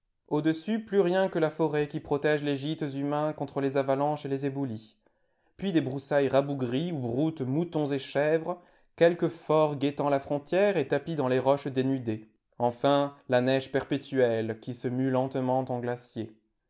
au-dessus plus rien que la forêt qui protège les gîtes humains contre les avalanches et les éboulis puis des broussailles rabougries où broutent moutons et chèvres quelque fort guettant la frontière et tapi dans les roches dénudées enfin la neige perpétuelle qui se mue lentement en glacier